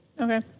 Okay